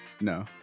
No